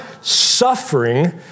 suffering